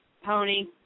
pony